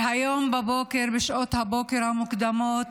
והיום בבוקר, בשעות הבוקר המוקדמות,